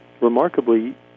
remarkably